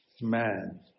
man